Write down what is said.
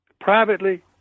Privately